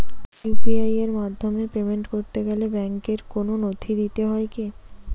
UPI এর মাধ্যমে payment করতে গেলে ব্যাংকের কোন নথি দিতে হয় কি?